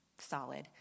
solid